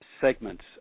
segments